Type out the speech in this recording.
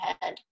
head